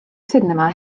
sinema